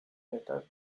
letter